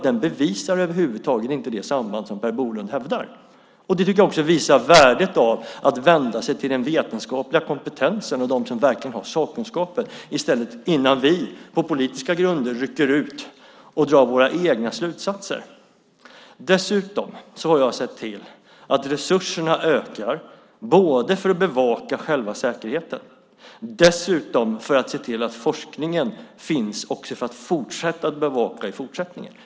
Den bevisar över huvud taget inte det samband som Per Bolund hävdar, vilket visar värdet av att vända sig till den vetenskapliga kompetensen och de som verkligen har sakkunskapen innan vi, på politiska grunder, rycker ut och drar våra egna slutsatser. Dessutom har jag sett till att resurserna ökar både för att bevaka själva säkerheten och för att forskningen och bevakningen ska finnas även i fortsättningen.